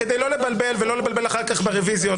כדי לא לבלבל אחר כך ברוויזיות,